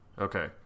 okay